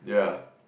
ya